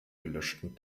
gelöschten